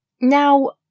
Now